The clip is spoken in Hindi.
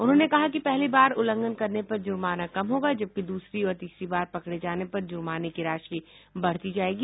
उन्होंने कहा कि पहली बार उल्लंघन करने पर जुर्माना कम होगा जबकि दूसरी और तीसरी बार पकड़े जाने पर जुर्माने की राशि बढ़ती जायेगी